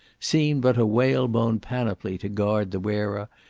seemed but a whalebone panoply to guard the wearer,